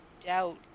doubt